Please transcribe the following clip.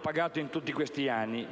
pagato in tutti questi anni